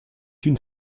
une